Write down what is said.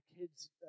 kid's